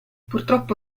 purtroppo